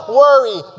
worry